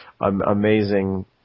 amazing